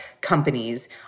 companies